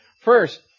First